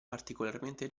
particolarmente